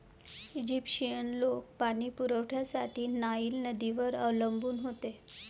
Egyptian लोक पाणी पुरवठ्यासाठी नाईल नदीवर अवलंबून होते